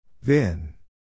Vin